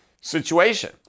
situation